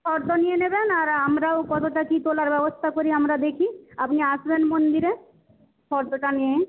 ফর্দ নিয়ে নেবেন আর আমরাও কতটা কী তোলার ব্যবস্থা করি আমরা দেখি আপনি আসবেন মন্দিরে ফর্দটা নিয়ে